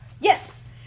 Yes